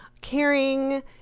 caring